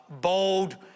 bold